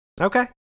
Okay